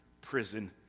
prison